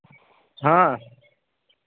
हाँ